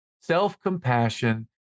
Self-compassion